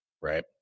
right